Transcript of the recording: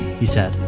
he said,